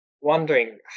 wondering